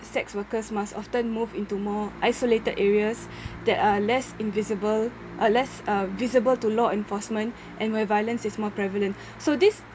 sex workers must often move into more isolated areas that are less invisible uh less uh visible to law enforcement and where violence is more prevalent so this